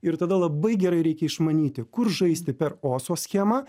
ir tada labai gerai reikia išmanyti kur žaisti per oso schemą